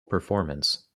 performance